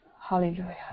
hallelujah